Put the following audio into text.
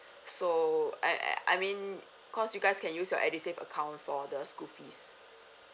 so I I I mean cause you guys can use your edusave account for the school fees